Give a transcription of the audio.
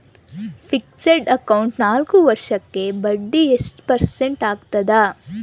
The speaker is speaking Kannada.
ಫಿಕ್ಸೆಡ್ ಅಕೌಂಟ್ ನಾಲ್ಕು ವರ್ಷಕ್ಕ ಬಡ್ಡಿ ಎಷ್ಟು ಪರ್ಸೆಂಟ್ ಆಗ್ತದ?